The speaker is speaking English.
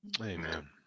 Amen